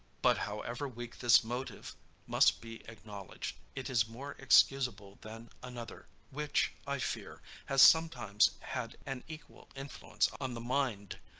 but however weak this motive must be acknowledged, it is more excusable than another, which, i fear, has sometimes had an equal influence on the mind